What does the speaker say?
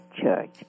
church